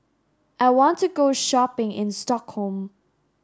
I want to go shopping in Stockholm